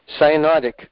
cyanotic